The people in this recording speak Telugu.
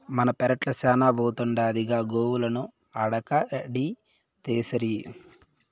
మన పెరట్ల శానా బోతుండాదిగా గోవులను ఆడకడితేసరి